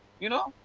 you know?